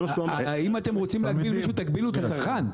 אם אתם רוצים להגביל מישהו תגבילו את הצרכן.